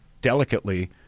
delicately